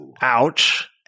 Ouch